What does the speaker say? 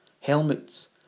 helmets